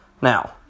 Now